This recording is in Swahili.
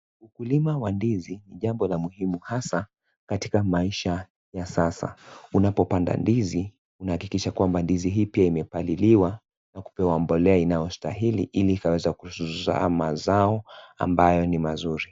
Ukulima wa ndizi ni jambo la muhimu hasa katika maisha ya sasa. Unapopanda ndizi unahakikisha kwamba ndizi hii pia imepaliliwa na kupewa bolea inayostahili ili ikaweza kuzaa mazao ambayo ni mazuri.